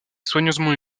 soigneusement